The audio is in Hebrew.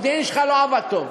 לא עבד טוב.